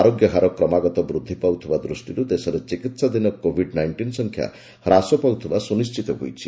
ଆରୋଗ୍ୟହାର କ୍ରମାଗତ ବୃଦ୍ଧି ପାଉଥିବା ଦୃଷ୍ଟିରୁ ଦେଶରେ ଚିକିତ୍ସାଧୀନ କୋଭିଡ ନାଇଷ୍ଟିନ୍ ସଂଖ୍ୟା ହ୍ରାସ ପାଉଥିବା ସୁନିଣ୍ଚିତ ହୋଇଛି